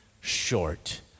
short